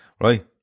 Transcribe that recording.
right